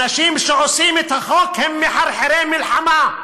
אנשים שעושים את החוק הם מחרחרי מלחמה,